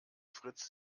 fritz